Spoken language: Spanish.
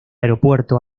aeropuerto